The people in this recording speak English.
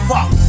Fuck